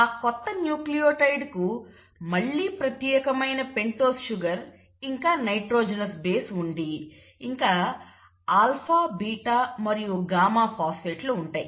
ఆ కొత్త న్యూక్లియోటైడ్ కు మళ్లీ ప్రత్యేకమైన పెంటోస్ షుగర్ ఇంకా నైట్రోజెనోస్ బేస్ ఉండి ఇంకా ఆల్ఫా బీటా మరియు గామా ఫాస్పేట్ లు ఉంటాయి